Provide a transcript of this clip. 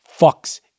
fucks